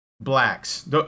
blacks